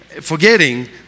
Forgetting